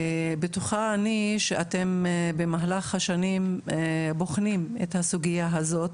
בטוחה אני שאתם במהלך השנים בוחנים את הסוגייה הזאת,